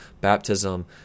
baptism